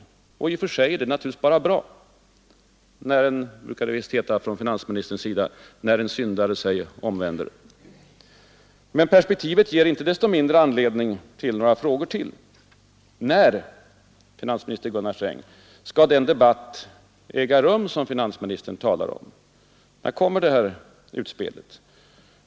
Och i och för sig är det bara bra när — som det visst brukar heta från finansministerns sida — ”en syndare sig omvänder”. Men perspektivet ger inte desto mindre anledning till ytterligare några frågor. När, finansminister Gunnar Sträng, skall den debatt äga rum som finansministern talar om? När kommer det här utspelet?